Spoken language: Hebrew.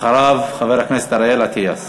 אחריו, חבר הכנסת אריאל אטיאס.